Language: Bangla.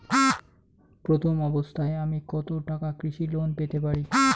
প্রথম অবস্থায় আমি কত টাকা কৃষি লোন পেতে পারি?